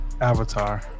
Avatar